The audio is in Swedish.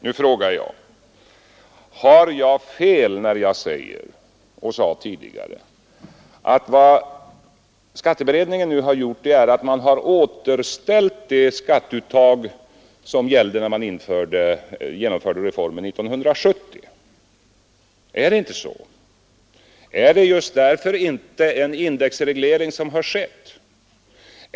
Nu frågar jag: Har jag fel när jag säger — och sade tidigare — att vad skatteberedningen nu har gjort är att den har återställt det skatteuttag som gällde när man genomförde reformen 1970? Är det inte så? Är det inte just därför en indexreglering har ägt rum?